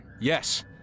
Yes